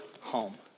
home